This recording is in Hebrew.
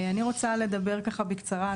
אני רוצה לדבר ככה בקצרה,